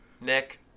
Nick